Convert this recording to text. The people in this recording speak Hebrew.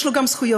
יש לו גם זכויות.